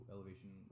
Elevation